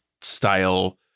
style